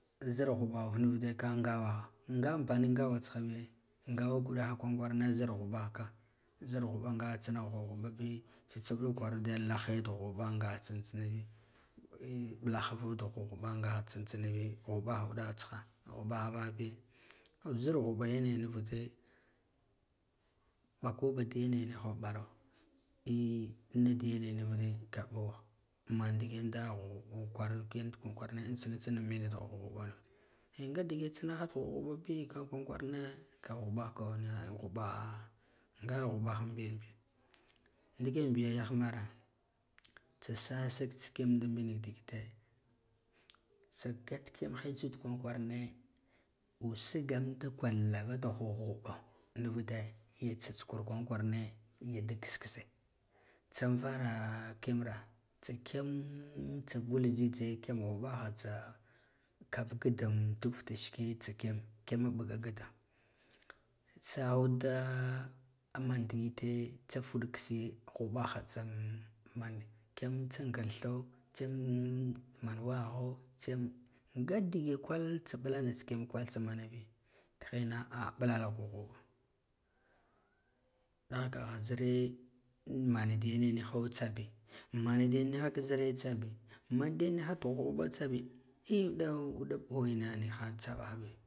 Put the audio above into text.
Zir ghuɓe nuvude ka ngawaha nga amfani ngawa tsiha bi ngawa kudaha kwaran kwara ne zir ghuɓahaka zir ghuɓa nga tsina ghuɓghubabi tsitsa uda uwarude lah heud ghubghuɓa ngaha tsintsinabi palaha fud ghubghaɓa ngaha tsintsinabi ghuɓaha udaha tsiha bahabi zir ghuɓa yene nuvude mɓako badi yene niha parha inna digene muvede ka mɓaha mandiken da ghuɓ ghuɓe kwara kigane nu kwaran kwarane an tsintsina mena da ghuɓghubano eh nga dige tsinaha da ghubghuɓa bi ka kwaran kwarane ghubghubako niha ghubha nga ghubaha am ɓiyanbi ndiken biga yahmare tsa sasik kiyam da mbina ka disite sa su tekkeho kwaran kwarahe usu gam da kwal lava da ghughubo ge tsatsi kurwaran kwarane ye dik kiss kise tsan kara kigam ra tsa kiyamm tsa gal jhijhe ghubaha tsa kab ngidan luk futa shike tsa kiyam kiyame mɓuga gida sahad da man digite ful kisse ghuɓaha tsan man kiyam lsa ngir thau tsiyam man wagho dsiyam naga dige kwal tsa ɓula tsakiyam kwal tsa mana manabi tihina a ɓulal ghuɓghuɓo ɓahgaha zire mara digane niho diyan niha da ghubghuɓa tsabi eh udan uda mɓo ina niha sa bahabi.